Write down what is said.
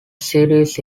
series